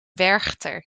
werchter